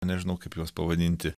nežinau kaip juos pavadinti